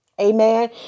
amen